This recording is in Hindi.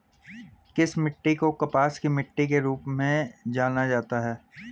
किस मिट्टी को कपास की मिट्टी के रूप में जाना जाता है?